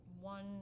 one